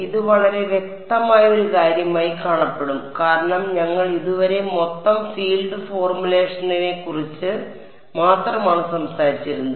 ഇത് വളരെ വ്യക്തമായ ഒരു കാര്യമായി കാണപ്പെടും കാരണം ഞങ്ങൾ ഇതുവരെ മൊത്തം ഫീൽഡ് ഫോർമുലേഷനെക്കുറിച്ച് മാത്രമാണ് സംസാരിച്ചിരുന്നത്